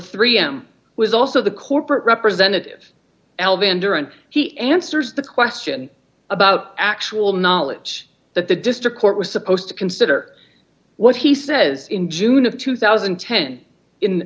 three m was also the corporate representative l bender and he answers the question about actual knowledge that the district court was supposed to consider what he says in june of two thousand and ten in